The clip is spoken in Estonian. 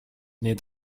need